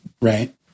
Right